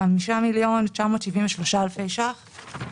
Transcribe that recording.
5.973 מיליוני שקלים.